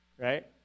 right